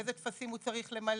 אילו טפסים הוא צריך למלא.